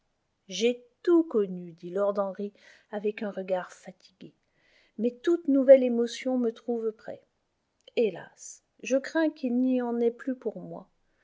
j'ai tout connu dit lord henry avec un regard fatigué mais toute nouvelle émotion me trouve prêt hélas je crains qu'il n'y en ait plus pour moi